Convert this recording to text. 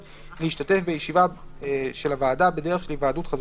להשתתף בישיבה של הוועדה בדרך של היוועדות חזותית.